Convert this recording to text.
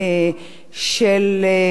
איך אנחנו מבטיחים,